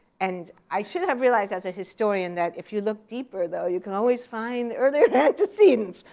and i should have realized as a historian that if you look deeper, though, you can always find the earlier antecedents.